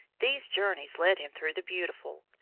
these journeys led him through the beautiful,